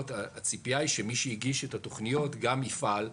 הציפייה היא שמי שהגיש את התוכניות גם יפעל,